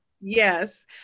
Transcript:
Yes